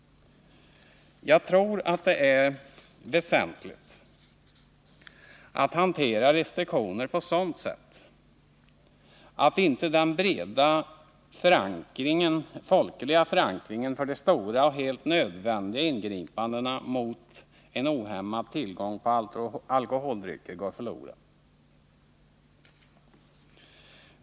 Jag tror att det är väsentligt att hantera restriktioner på sådant sätt att inte den breda folkliga förankringen av de stora och helt nödvändiga ingripandena mot en ohämmad tillgång till alkoholdrycker går förlorad.